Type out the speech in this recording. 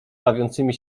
bawiącymi